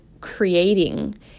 creating